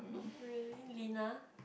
really Lina